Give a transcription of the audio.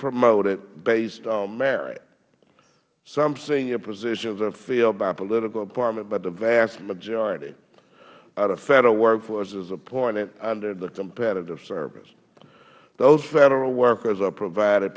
promoted based on merit some senior positions are filled by political appointment but the vast majority of the federal workforce is appointed under the competitive service those federal workers are provided